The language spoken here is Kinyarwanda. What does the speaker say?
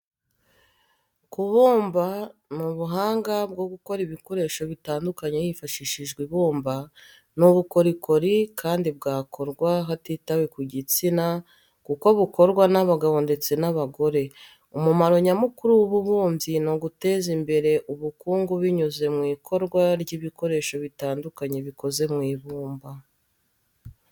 Kubumba ni ubuhanga bwo gukora ibikoresho bitandukanye hifashishijwe ibumba. Ni ubukorikori kandi bwakorwa hatitawe ku gitsina kuko bukorwa n'abagabo ndetse n'abagore. Umumaro nyamukuru w'ububumbyi ni uguteza imbere ubukungu binyuze mu ikorwa ry'ibikoresho bitandukanye bikoze mu ibumba.